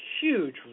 huge